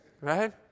Right